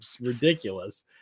ridiculous